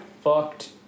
fucked